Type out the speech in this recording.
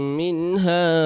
minha